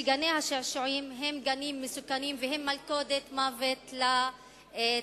שגני-השעשועים הם גנים מסוכנים והם מלכודת מוות לתלמידים.